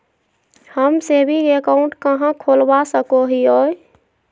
हम saving account कहाँ खोलवा सको हियै?